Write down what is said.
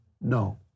No